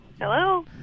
Hello